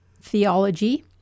theology